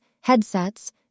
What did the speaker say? headsets